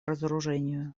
разоружению